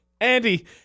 Andy